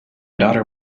daughter